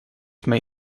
may